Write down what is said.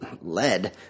lead